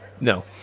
No